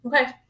Okay